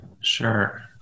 sure